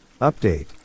Update